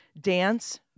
Dance